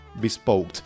Bespoke